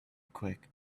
quick